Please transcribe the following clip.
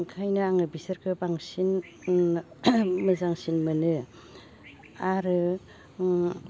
ओंखायनो आङो बिसोरखो बांसिन मोजांसिन मोनो आरो